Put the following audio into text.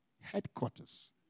headquarters